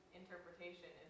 interpretation